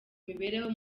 imibereho